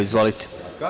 Izvolite.